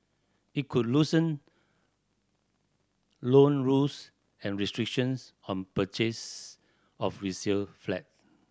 it could loosen loan rules and restrictions on purchase of resale flat